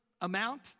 amount